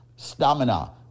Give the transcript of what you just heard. Stamina